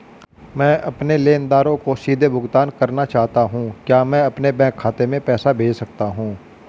मैं अपने लेनदारों को सीधे भुगतान करना चाहता हूँ क्या मैं अपने बैंक खाते में पैसा भेज सकता हूँ?